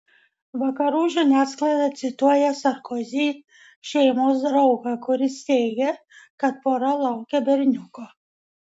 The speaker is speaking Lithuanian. vakarų žiniasklaida cituoja sarkozy šeimos draugą kuris teigia kad pora laukia berniuko